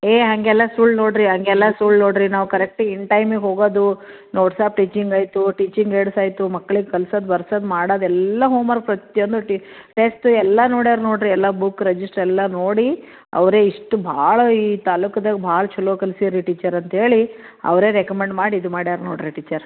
ಹೇ ಹಾಗೆಲ್ಲ ಸುಳ್ಳು ನೋಡಿರಿ ಹಾಗೆಲ್ಲ ಸುಳ್ಳು ನೋಡಿರಿ ನಾವು ಕರೆಕ್ಟ್ ಇನ್ ಟೈಮಿಗೆ ಹೋಗೋದು ನೋಟ್ಸಾಗಿ ಟೀಚಿಂಗ್ ಆಯಿತು ಟೀಚಿಂಗ್ ಹೇಳ್ಸಿ ಆಯಿತು ಮಕ್ಳಿಗೆ ಕಲ್ಸೋದು ಬರ್ಸೋದು ಮಾಡೋದೆಲ್ಲ ಹೋಮ್ ವರ್ಕ್ ಪ್ರತಿಯೊಂದು ಟೆಸ್ಟ್ ಎಲ್ಲ ನೋಡ್ಯಾರ ನೋಡಿರಿ ಎಲ್ಲ ಬುಕ್ ರೆಜಿಸ್ಟ್ರ್ ಎಲ್ಲ ನೋಡಿ ಅವರೆ ಇಷ್ಟ ಭಾಳ ಈ ತಾಲುಕ್ದಾಗ ಭಾಳ ಚಲೋ ಕಲ್ಸೀವಿ ರೀ ಟೀಚರ್ ಅಂಥೇಳಿ ಅವರೇ ರೆಕಮಂಡ್ ಮಾಡಿ ಇದು ಮಾಡ್ಯಾರ ನೋಡಿರಿ ಟೀಚರ್